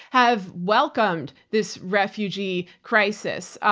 have welcomed this refugee crisis.